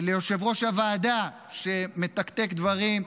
ליושב-ראש הוועדה שמתקתק דברים,